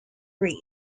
read